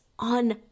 On